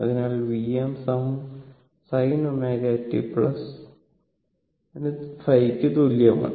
അതിനാൽ Vm sin ω t ന് തുല്യമാണ്